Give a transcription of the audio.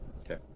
Okay